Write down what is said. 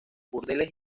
burdeles